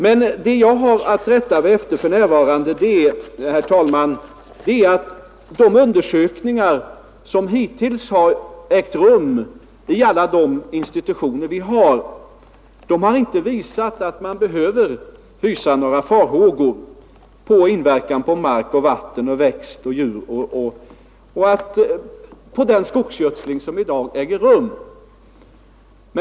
Men det jag har att rätta mig efter för närvarande, herr talman, är att de undersökningar som hittills utförts vid alla de institutioner vi har, inte har visat att man behöver hysa några farhågor för inverkan på mark och vatten, växter och djur av den skogsgödsling som i dag äger rum.